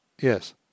Yes